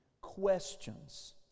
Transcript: questions